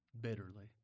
bitterly